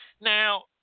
Now